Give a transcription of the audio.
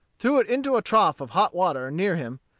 threw it into a trough of hot water near him,